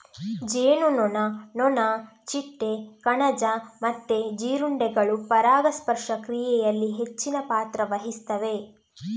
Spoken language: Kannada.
ಜೇನುನೊಣ, ನೊಣ, ಚಿಟ್ಟೆ, ಕಣಜ ಮತ್ತೆ ಜೀರುಂಡೆಗಳು ಪರಾಗಸ್ಪರ್ಶ ಕ್ರಿಯೆನಲ್ಲಿ ಹೆಚ್ಚಿನ ಪಾತ್ರ ವಹಿಸ್ತವೆ